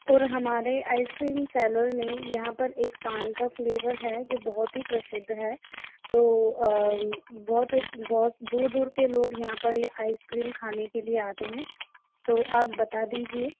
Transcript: और हमारे आइसक्रीम सालों में यहाँ पर एक पान का फ़्लेवर है जो बहुत ही प्रसिद्ध है तो बहुत बहुत दूर दूर के लोग यहाँ का यह आइसक्रीम खाने के लिए आते हैं तो आप बता दीजिए